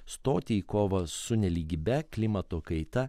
stoti į kovą su nelygybe klimato kaita